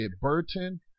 Burton